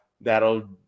that'll